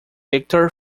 victor